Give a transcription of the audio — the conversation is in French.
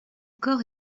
corps